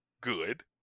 good